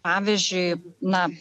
pavyzdžiui na